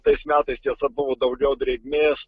tais metais tiesa buvo daugiau drėgmės